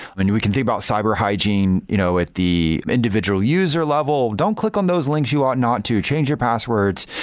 when we can think about cyber hygiene, you know if the individual user level, don't click on those links you ought not to. change your passwords,